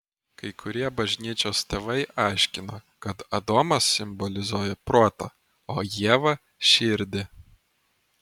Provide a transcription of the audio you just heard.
kai kurie bažnyčios tėvai aiškino kad adomas simbolizuoja protą o ieva širdį